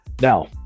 now